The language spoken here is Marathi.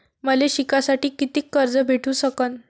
मले शिकासाठी कितीक कर्ज भेटू सकन?